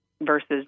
versus